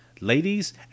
ladies